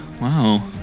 Wow